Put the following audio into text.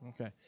Okay